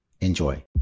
Enjoy